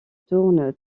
tourne